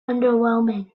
underwhelming